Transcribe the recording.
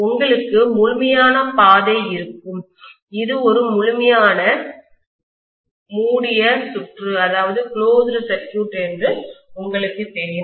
உங்களுக்கு முழுமையான பாதை இருக்கும் இது ஒரு முழுமையான மூடிய சுற்று குளோஸ்டு சர்க்யூட் என்று உங்களுக்குத் தெரியும்